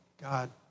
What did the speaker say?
God